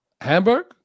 Hamburg